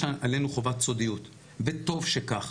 יש עלינו חובת סודיות וטוב שכך,